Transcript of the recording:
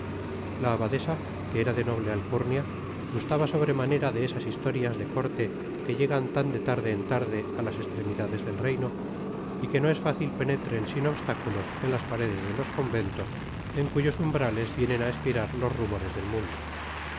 la abadesa que era de noble alcurnia gustaba sobremanera de esas historias de córte que llegan tan de tarde en tarde á las estremidades del reino y que no es fácil penetren sin obstáculos en las paredes de tos conventos en cuyos umbrales vienen á espirar los rumores del mundo